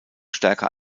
stärker